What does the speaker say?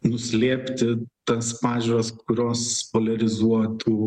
nuslėpti tas pažiūras kurios poliarizuotų